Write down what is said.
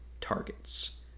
targets